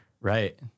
Right